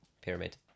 pyramid